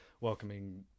welcoming